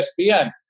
ESPN